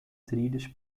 trilhos